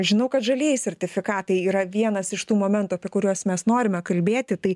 žinau kad žalieji sertifikatai yra vienas iš tų momentų apie kuriuos mes norime kalbėti tai